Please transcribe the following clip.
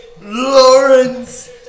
Lawrence